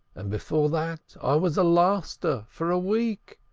and before that i was a laster for a week,